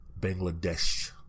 Bangladesh